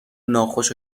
ناخوش